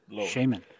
Shaman